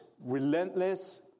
relentless